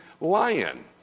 lion